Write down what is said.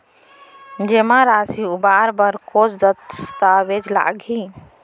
जेमा राशि उबार बर कोस दस्तावेज़ लागही?